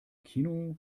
kino